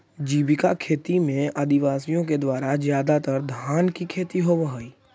जीविका खेती में आदिवासियों के द्वारा ज्यादातर धान की खेती होव हई